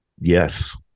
Yes